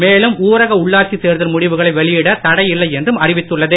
மேலும் ஊரக உள்ளாட்சி தேர்தல் முடிவுகளை வெளியிட தடை இல்லை என்றும் அறிவித்துள்ளது